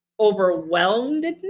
overwhelmedness